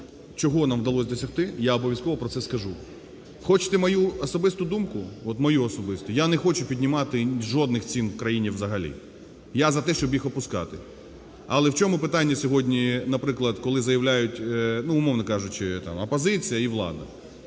чого нам вдалось досягти, я обов'язково про це скажу. Хочете мою особисту думку, от мою особисту. Я не хочу піднімати жодних цін у країні взагалі, я за те, щоб їх опускати. Але у чому питання сьогодні, наприклад, коли заявляють, ну, умовно кажучи, там опозиція і влада,